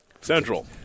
Central